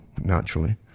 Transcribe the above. naturally